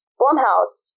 Blumhouse